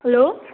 hello